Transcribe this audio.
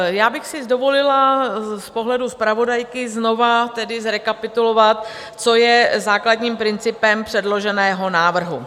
Já bych si dovolila z pohledu zpravodajky znovu zrekapitulovat, co je základním principem předloženého návrhu.